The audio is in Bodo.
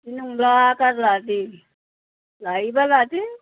बिदि नंला गारला दे लायोबा लादो